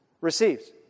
receives